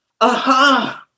aha